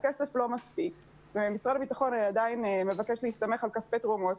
שהכסף לא מספיק ומשרד הביטחון עדיין מבקש להסתמך על כספי תרומות,